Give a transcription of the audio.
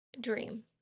dream